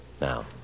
Now